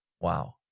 Wow